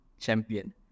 champion